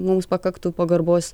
mums pakaktų pagarbos